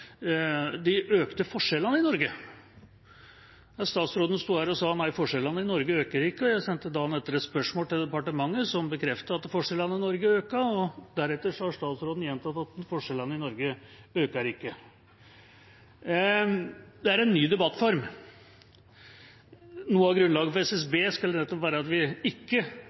de økte forskjellene i Norge, da statsråden sto her og sa at nei, forskjellene i Norge øker ikke. Jeg sendte dagen etter et spørsmål til departementet, som bekreftet at forskjellene i Norge økte. Deretter har statsråden gjentatt at forskjellene i Norge ikke øker. Det er en ny debattform. Noe av grunnlaget for SSB skulle nettopp være at vi ikke